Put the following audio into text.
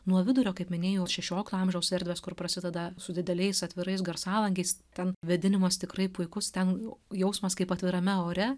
nuo vidurio kaip minėjau šešiolikto amžiaus erdvės kur prasideda su dideliais atvirais garsalangiais ten vėdinimas tikrai puikus ten jausmas kaip atvirame ore